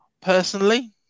personally